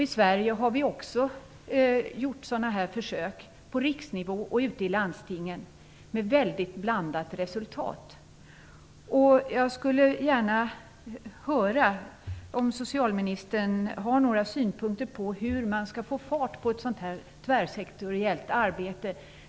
I Sverige har vi också gjort sådana försök på riksnivå och ute i landstingen, med väldigt blandade resultat. Jag skulle gärna vilja höra om socialministern har några synpunkter på hur man skall få fart på ett sådant här tvärsektoriellt arbete.